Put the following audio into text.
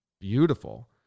Beautiful